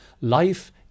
Life